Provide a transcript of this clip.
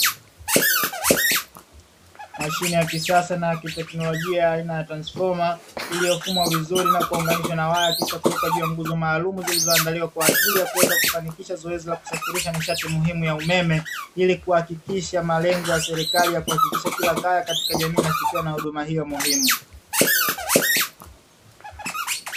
Mashine ya kisasa na ya kiteknolojia aina ya transifoma iliyofumwa, vizuri na kuunganishwa na waya kisha kuwekwa juu ya nguzo. maalumu zilizoandaliwa kwa ajili ya kuweza kufanikisha zoezi la kusafirisha nishati muhimu ya umeme, ili kuhakikisha malengo ya serikali ya kuhakikisha kila kaya katika jamii inafikiwa na huduma hiyo muhimu.